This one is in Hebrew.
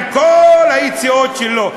עם כל היציאות שלו,